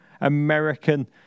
American